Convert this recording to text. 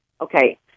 Okay